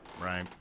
Right